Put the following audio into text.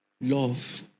Love